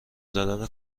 زدم